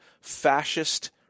fascist